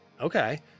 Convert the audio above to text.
okay